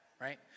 right